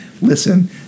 Listen